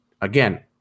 again